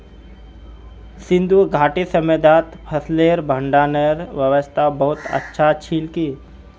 सिंधु घाटीर सभय्तात फसलेर भंडारनेर व्यवस्था बहुत अच्छा छिल की